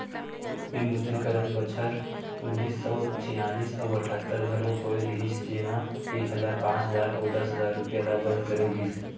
विमुद्रीकरन बछर उन्नीस सौ छियालिस अउ अठत्तर घलोक होय रिहिस जेमा एक हजार, पांच हजार अउ दस हजार रूपिया ल बंद करे गिस